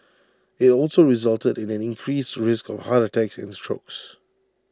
IT also resulted in an increased risk of heart attacks and strokes